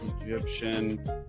Egyptian